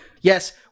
Yes